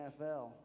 NFL